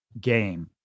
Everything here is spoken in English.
game